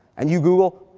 and you google,